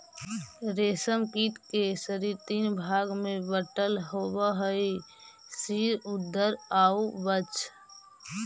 रेशम कीट के शरीर तीन भाग में बटल होवऽ हइ सिर, उदर आउ वक्ष